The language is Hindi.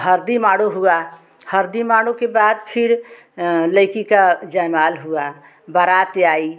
हरदी माड़ू हुआ हरदी माड़ू के बाद फिर लइकी का जयमाल हुआ बारात आई